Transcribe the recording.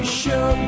show